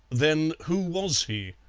then who was he?